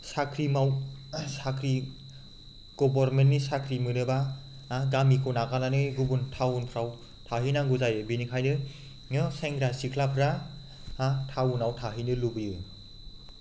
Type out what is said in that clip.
साख्रि माव गभर्नमेन्टनि साख्रि मोनोब्ला गामिखौ नागारनानै गुबुन टाउनफ्राव थाहैनांगौ जायो बेनिखायनो सेंग्रा सिख्लाफ्रा टाउनाव थाहैनो लुबैयो